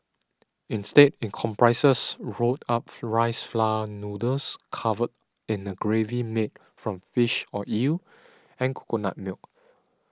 instead it comprises rolled up rice flour noodles covered in a gravy made from fish or eel and coconut milk